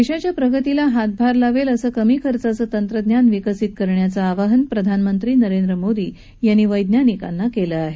देशाच्या प्रगतीला हातभार लावेल असं कमी खर्चाचं तंत्रज्ञान विकसित करण्याचं आवाहन प्रधानमंत्री नरेंद्र मोदी यांनी वैज्ञानिकांना केलं आहे